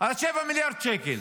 על ה-7 מיליארד שקל.